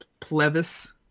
Plevis